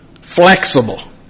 flexible